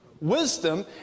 wisdom